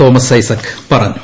Thomas Isaac പറഞ്ഞു